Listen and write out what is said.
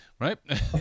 right